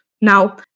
Now